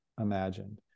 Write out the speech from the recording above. imagined